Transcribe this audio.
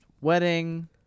wedding